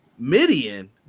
Midian